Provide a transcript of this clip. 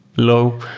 low.